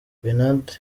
bernard